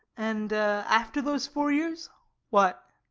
and after those four years what?